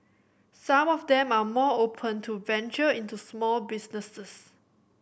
some of them are more open to venture into small businesses